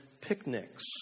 picnics